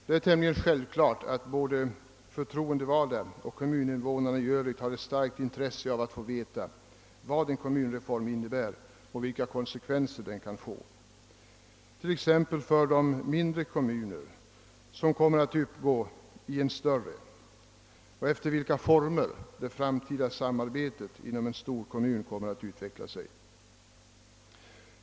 Det är tämligen självklart att både förtroendevalda och kommuninvånarna i övrigt har ett starkt intresse av att få veta vad en kommunreform innebär och vilka konsekvenser den kan få, t.ex. för de mindre kommuner som kommer att uppgå i en större, och i vilka former det framtida samarbetet inom en storkommun kommer att utveckla sig.